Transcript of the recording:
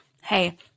Hey